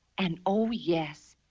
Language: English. and, oh, yes.